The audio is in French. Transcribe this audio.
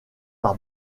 par